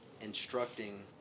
instructing